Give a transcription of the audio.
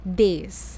days